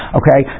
okay